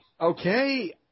okay